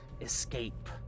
escape